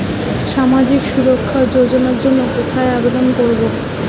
সামাজিক সুরক্ষা যোজনার জন্য কোথায় আবেদন করব?